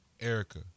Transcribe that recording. Erica